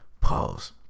Pause